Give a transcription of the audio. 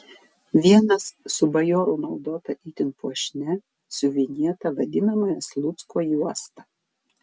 vienas su bajorų naudota itin puošnia siuvinėta vadinamąja slucko juosta